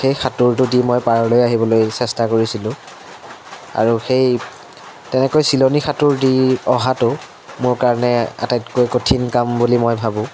সেই সাঁতোৰটো দি মই পাৰলৈ আহিবলৈ চেষ্টা কৰিছিলোঁ আৰু সেই তেনেকৈ চিলনী সাঁতোৰ দি অহাটো মোৰ কাৰণে আটাইতকৈ কঠিন কাম বুলি মই ভাবোঁ